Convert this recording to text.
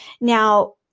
Now